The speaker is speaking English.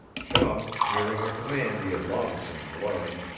chum, hearing a command he had long since learned,